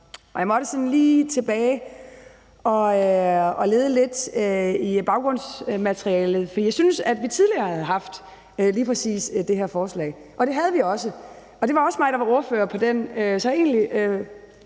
Jeg måtte sådan lige tilbage og lede lidt i baggrundsmaterialet, for jeg syntes, at vi tidligere havde haft lige præcis det her forslag. Og det havde vi også, og det også mig, der var ordfører på det,